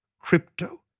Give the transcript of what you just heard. crypto